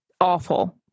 awful